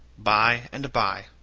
by and by.